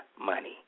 money